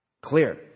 Clear